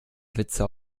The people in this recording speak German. witze